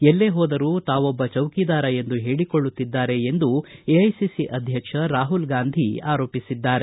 ಎಲ್ಲೇ ಹೋದರೂ ತಾವೊಬ್ಬ ಸ್ವಯಂ ಫೋಷಿತ ಚೌಕಿದಾರ ಎಂದು ಹೇಳಿಕೊಳ್ಳುತ್ತಿದ್ದಾರೆ ಎಂದು ಎಐಸಿಸಿ ಅಧ್ಯಕ್ಷ ರಾಹುಲ್ ಗಾಂಧಿ ಆರೋಪಿಸಿದ್ದಾರೆ